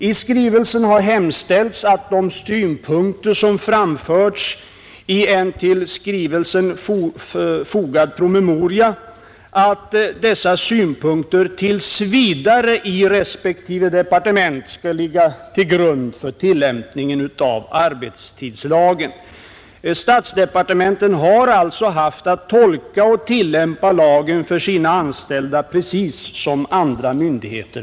I skrivelsen har hemställts att de synpunkter som framförts i en till skrivelsen fogad promemoria tills vidare skall ligga till grund för tillämpningen av arbetstidslagen i respektive departement. Statsdepartementen har alltså haft att tolka och tillämpa lagen för sina anställda precis som andra myndigheter.